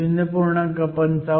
55 0